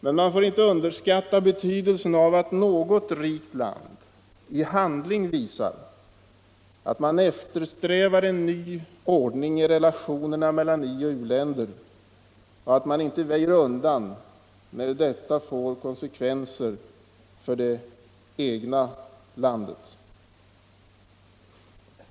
Men vi får inte underskatta betydelsen av att något rikt land i handling visar att man eftersträvar en ny ordning i relationerna mellan i-länder och u-länder och att man inte väjer undan när detta får konsekvenser för det egna landet.